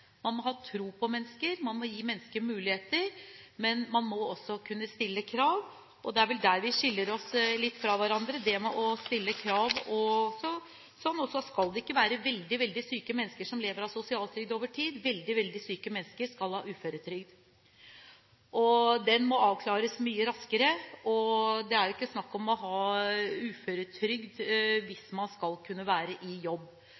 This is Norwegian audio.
Man må ha tro på mennesker, man må gi mennesker muligheter, men man må også kunne stille krav, og det er vel der vi skiller oss litt fra hverandre – når det gjelder det med å stille krav. Så skal det ikke være veldig, veldig syke mennesker som lever av sosialhjelp over tid. Veldig, veldig syke mennesker skal ha uføretrygd. Den må avklares mye raskere, og det er ikke snakk om å ha uføretrygd hvis man skal kunne være i jobb.